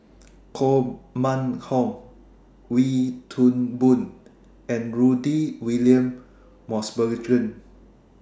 Koh Mun Hong Wee Toon Boon and Rudy William Mosbergen